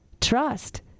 Trust